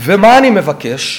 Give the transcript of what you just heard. ומה אני מבקש?